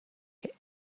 que